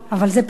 אבל זה פורסם.